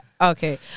Okay